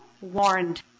warned